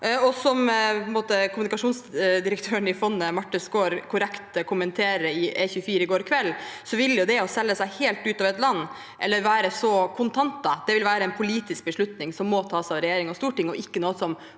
Som kommunikasjonsdirektøren i fondet, Marthe Skaar, korrekt kommenterte i E24 i går kveld, vil det å selge seg helt ut av et land, det å være så kontant, være en politisk beslutning som må tas av regjering og storting,